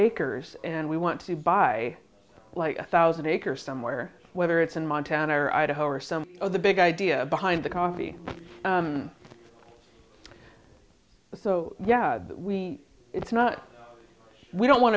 acres and we want to buy like a thousand acres somewhere whether it's in montana or idaho or some of the big idea behind the coffee so yeah we it's not we don't want